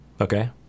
Okay